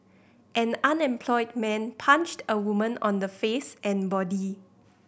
an unemployed man punched a woman on the face and body